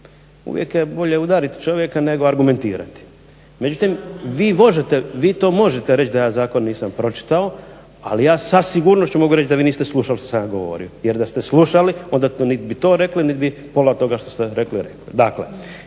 uvijek je bolje udariti čovjeka nego argumentirati. Međutim, vi to možete reći da ja zakon nisam pročitao. Ali ja sa sigurnošću mogu reći da vi niste slušali što sam ja govorio, jer da ste slušali onda nit bi to rekli, nit bi pola od toga što ste rekli rekli.